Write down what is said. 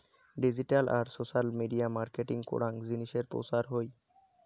digital আর social media marketing করাং জিনিসের প্রচার হই